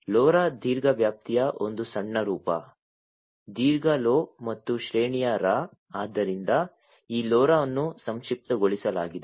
LoRa ದೀರ್ಘ ವ್ಯಾಪ್ತಿಯ ಒಂದು ಸಣ್ಣ ರೂಪ ದೀರ್ಘ lo ಮತ್ತು ಶ್ರೇಣಿ Ra ಆದ್ದರಿಂದ ಈ LoRa ಅನ್ನು ಸಂಕ್ಷಿಪ್ತಗೊಳಿಸಲಾಗಿದೆ